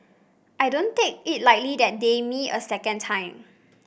I don't take it lightly that they me a second time